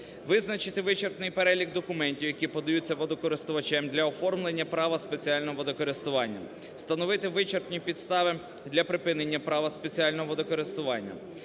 Визначити вичерпний перелік документів, які подаються водокористувачем для оформлення права спеціального водокористування, встановити вичерпні підстави для припинення права спеціального водокористування.